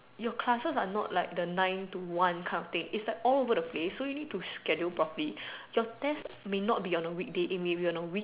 your classes are not like the nine to one kind of thing it's like all over the place so you need to schedule properly your test may not be on a weekday it may be on a week